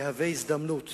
יהווה גם הזדמנות